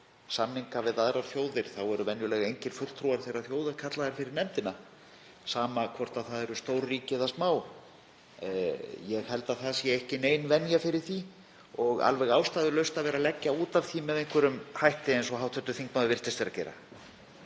samninga við aðrar þjóðir eru venjulega engir fulltrúar þeirra þjóða kallaðir fyrir nefndina, sama hvort það eru stór ríki eða smá. Ég held að það sé ekki nein venja fyrir því og alveg ástæðulaust að vera að leggja út af því með einhverjum hætti, eins og hv. þingmaður virtist vera að gera.